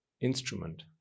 instrument